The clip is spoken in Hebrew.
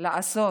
לעשות